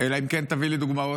אלא אם כן תביא לי דוגמאות.